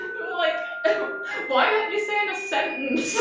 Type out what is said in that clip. like why aren't you saying a sentence?